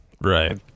Right